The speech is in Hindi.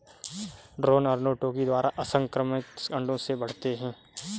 ड्रोन अर्नोटोकी द्वारा असंक्रमित अंडों से बढ़ते हैं